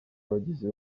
abagizi